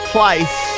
Place